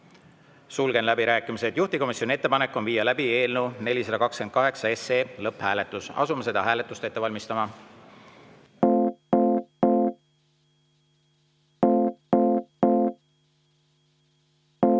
Sulgen läbirääkimised. Juhtivkomisjoni ettepanek on viia läbi eelnõu 428 lõpphääletus, asume seda hääletust ette valmistama. Head